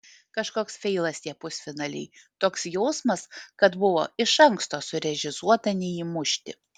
kažkoks feilas tie pusfinaliai toks jausmas kad buvo iš anksto surežisuota neįmušti